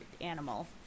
animal